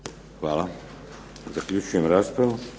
Hvala. Zaključujem raspravu.